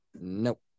Nope